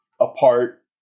apart